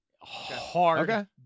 Hard